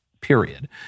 period